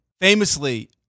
famously